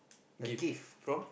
a gift